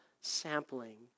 sampling